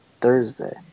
Thursday